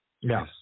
Yes